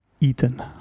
eaten